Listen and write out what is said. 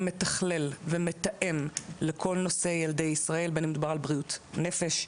מתכלל ומתאם לכל נושא ילדי ישראל בין אם מדובר על בריאות נפש.